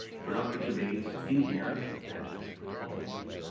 productive debates in here that ultimately